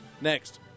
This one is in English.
Next